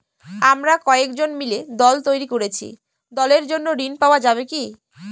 আমরা কয়েকজন মিলে দল তৈরি করেছি দলের জন্য ঋণ পাওয়া যাবে কি?